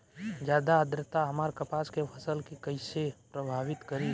ज्यादा आद्रता हमार कपास के फसल कि कइसे प्रभावित करी?